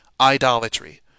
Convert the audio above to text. idolatry